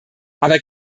aber